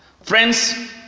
Friends